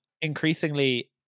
increasingly